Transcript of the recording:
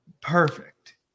Perfect